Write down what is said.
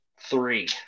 three